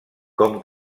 com